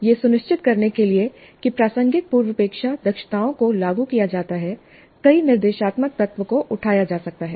यह सुनिश्चित करने के लिए कि प्रासंगिक पूर्वापेक्षा दक्षताओं को लागू किया जाता है कई निर्देशात्मक तत्व को उठाया जा सकता है